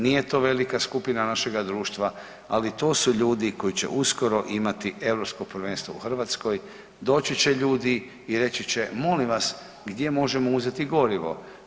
Nije to velika skupina našega društva, ali to su ljudi koji će uskoro imati europsko prvenstvo u Hrvatskoj, doći će ljudi i reći će, molim vas, gdje možemo uzeti gorivo?